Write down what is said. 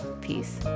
Peace